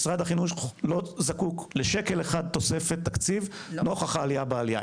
משרד החינוך לא זקוק לשקל אחד תוספת תקציב לנוכח העלייה בעלייה.